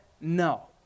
no